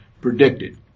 predicted